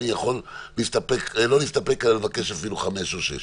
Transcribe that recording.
אני יכול לבקש אפילו חמש או שש.